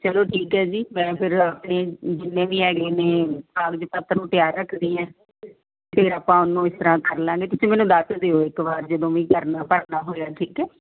ਚਲੋ ਠੀਕ ਹੈ ਜੀ ਮੈਂ ਫਿਰ ਆਪਣੇ ਜਿੰਨੇ ਵੀ ਹੈਗੇ ਨੇ ਕਾਗਜ਼ ਪੱਤਰ ਉਹ ਤਿਆਰ ਰੱਖਦੀ ਐਂ ਫਿਰ ਆਪਾਂ ਉਹਨੂੰ ਇਸ ਤਰ੍ਹਾਂ ਕਰ ਲਾਂਗੇ ਤੁਸੀਂ ਮੈਨੂੰ ਦੱਸ ਦਿਓ ਇੱਕ ਵਾਰ ਜਦੋਂ ਵੀ ਕਰਨਾ ਭਰਨਾ ਹੋਇਆ ਠੀਕ ਹੈ